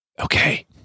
Okay